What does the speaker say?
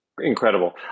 Incredible